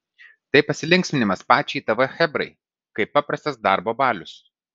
tai pasilinksminimas pačiai tv chebrai kaip paprastas darbo balius